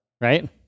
Right